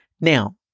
Now